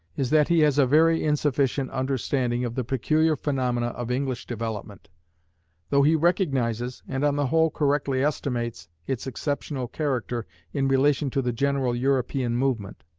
is that he has a very insufficient understanding of the peculiar phaenomena of english development though he recognizes, and on the whole correctly estimates, its exceptional character in relation to the general european movement.